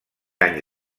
anys